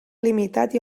limitat